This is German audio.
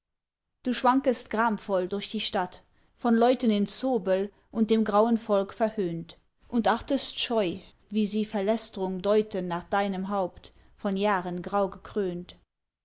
du schwankest gramvoll durch die stadt von leuten in zobel und dem grauen volk verhöhnt und achtest scheu wie sie verlästrung deuten nach deinem haupt von jahren grau gekrönt